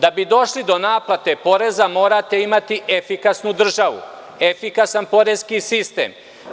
Da bi došli do naplate poreza morate imati efikasnu državu, efikasni poreski sistem.